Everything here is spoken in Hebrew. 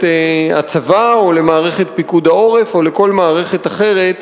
הצבא או למערכת פיקוד העורף או לכל מערכת אחרת,